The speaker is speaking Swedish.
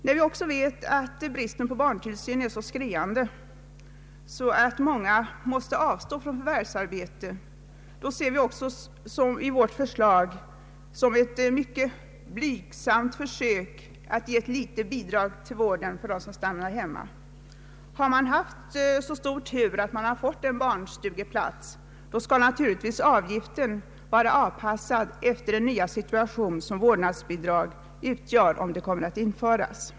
När vi dessutom vet att bristen på barntillsyn är så skriande att många måste avstå från förvärvsarbete, ser vi också vårt förslag som ett mycket blygsamt försök att ge ett litet bidrag till vården åt dem som stannar hemma. Har man haft en så stor tur att man fått en barnstugeplats skall naturligtvis avgiften vara avpassad efter den nya situation som vårdnadsbidraget medför, om det kommer att införas.